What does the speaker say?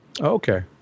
Okay